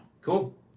Cool